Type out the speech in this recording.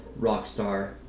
Rockstar